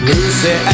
Lucy